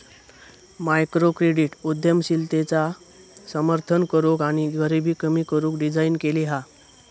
microcredit उद्यमशीलतेचा समर्थन करूक आणि गरीबी कमी करू डिझाईन केली हा